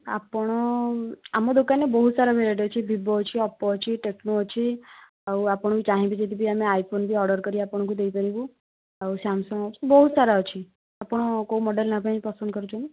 ଆପଣ ଆମ ଦୋକାନରେ ବହୁତସାରା ଭେରାଇଟି ଅଛି ଭିବୋ ଅଛି ଓପୋ ଅଛି ଟେକ୍ନୋ ଅଛି ଆଉ ଆପଣ ଚାହିଁବେ ଯଦିବି ଆମେ ଆଇଫୋନ୍ ଅର୍ଡ଼ର କରି ଆପଣଙ୍କୁ ଦେଇ ପାରିବୁ ଆଉ ସ୍ୟାମ୍ସଙ୍ଗ ଅଛି ବହୁତସାରା ଅଛି ଆପଣ କେଉଁ ମଡ଼େଲ ନେବା ପାଇଁ ପସନ୍ଦ କରୁଛନ୍ତି